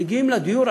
מגיעים לדיור,